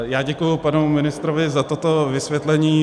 Já děkuji panu ministrovi za toto vysvětlení.